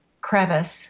crevice